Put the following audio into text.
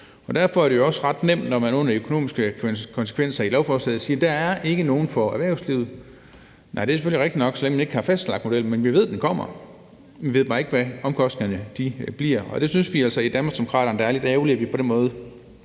Derfor er det også ret nemt, når man under de økonomiske konsekvenser af lovforslaget skriver, at der ikke er nogen for erhvervslivet. Nej, det er selvfølgelig rigtigt nok, så længe man ikke har fastlagt modellen, men vi ved, at den kommer; vi ved bare ikke, hvad omkostningerne bliver. Og der synes vi altså i Danmarksdemokraterne, det er lidt ærgerligt, at vi på den måde